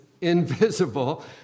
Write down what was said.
invisible